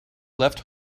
left